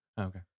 okay